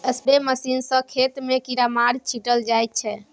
spray machine सँ खेत मे कीरामार छीटल जाइ छै